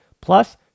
Plus